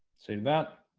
save that